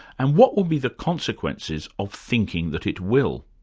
and what will be the consequences of thinking that it will?